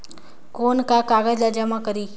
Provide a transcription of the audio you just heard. कौन का कागज ला जमा करी?